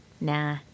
Nah